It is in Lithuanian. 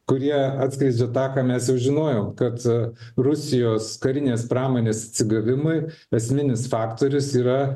kurie atskleidžia tą ką mes jau žinojom kad rusijos karinės pramonės atsigavimui esminis faktorius yra